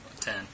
Ten